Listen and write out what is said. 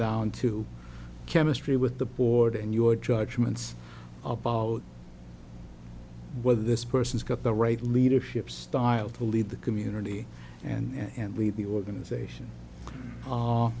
down to chemistry with the board and your judgments about whether this person's got the right leadership style to lead the community and lead the organization